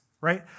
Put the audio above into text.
Right